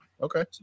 Okay